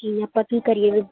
ਕਿ ਆਪਾਂ ਕੀ ਕਰੀਏ